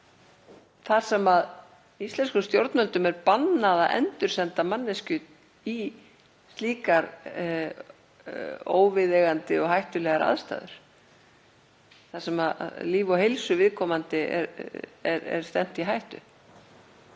þar sem íslenskum stjórnvöldum er bannað að endursenda manneskju út í slíkar óviðeigandi og hættulegar aðstæður þar sem lífi og heilsu viðkomandi er stefnt í hættu.